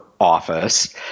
office